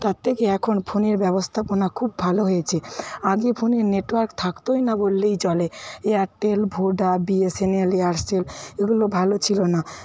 তার থেকে এখন ফোনের ব্যবস্থাপনা খুব ভালো হয়েছে আগে ফোনে নেটওয়ার্ক থাকতোই না বললেই চলে Airtel Voda B S N L Aircel এগুলো ভালো ছিল না